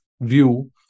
view